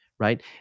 right